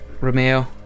Romeo